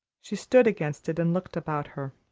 she stood against it and looked about her.